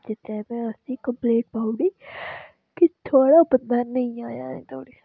जित्थै असें कम्पलेंट पाई ओड़ी फिर थोह्डा बंदा नेईं आया अजें धोडी